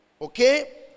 Okay